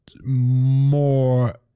more